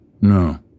No